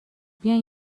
بیاین